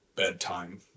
bedtime